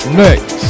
next